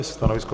Stanovisko?